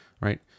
Right